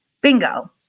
Bingo